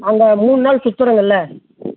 அங்கே மூணு நாள் சுற்றுறங்கள